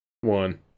One